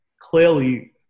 clearly